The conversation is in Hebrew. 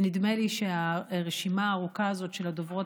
ונדמה לי שהרשימה הארוכה הזאת של הדוברות